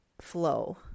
flow